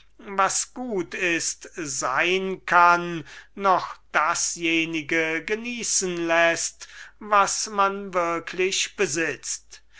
was gut ist sein kann noch dasjenige genießen läßt was man würklich besitzt